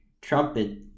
trumpet